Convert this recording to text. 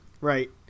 right